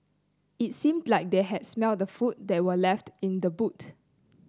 it seemed that they had smelt the food that were left in the boot